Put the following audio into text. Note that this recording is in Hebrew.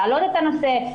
להעלות את הנושא,